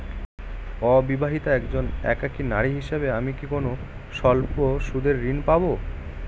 অবিবাহিতা একজন একাকী নারী হিসেবে আমি কি কোনো স্বল্প সুদের ঋণ পাব?